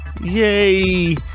Yay